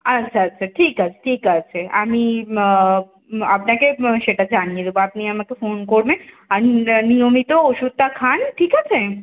আচ্ছা আচ্ছা ঠিক আছে ঠিক আছে আমি আপনাকে সেটা জানিয়ে দেবো আপনি আমাকে ফোন করবেন আর নিয়মিত ওষুধটা খান ঠিক আছে